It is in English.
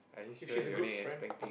if she's a good friend